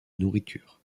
nourriture